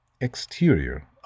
exterior